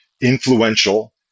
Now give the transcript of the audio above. influential